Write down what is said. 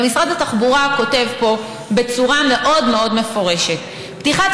ומשרד התחבורה כותב פה בצורה מאוד מאוד מפורשת: פתיחת